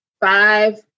five